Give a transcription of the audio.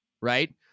Right